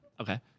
Okay